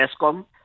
ESCOM